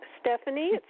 Stephanie